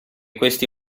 questi